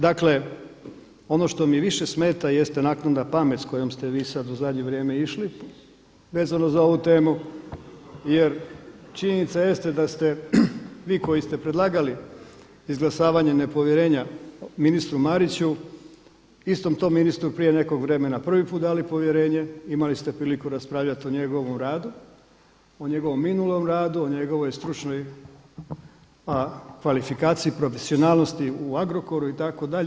Dakle ono što mi više smeta jeste naknadna pamet s kojom ste vi sada u zadnje vrijeme išli vezano za ovu temu jer činjenica jeste da ste vi koji ste predlagali izglasavanje nepovjerenja ministru Mariću istom tom ministru prije nekog vremena prvi put dali povjerenje, imali ste priliku raspravljati o njegovom radu, o njegovom minulom radu, o njegovoj stručnoj kvalifikaciji, profesionalnosti u Agrokoru itd.